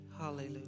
hallelujah